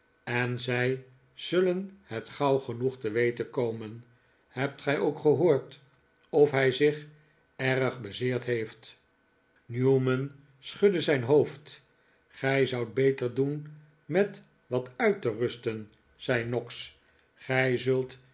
en zij zullen het gauw genoeg te weten komen hebt gij ook gehoord of hij zich erg bezeerd heeft newman schudde zijn hoofd gij zoudt beter doen met wat uit te rusten zei noggs gij zult